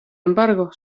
embargo